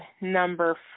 number